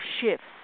shifts